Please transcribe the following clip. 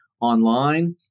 online